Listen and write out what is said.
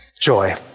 joy